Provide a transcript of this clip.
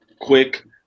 quick